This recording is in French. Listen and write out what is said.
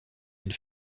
une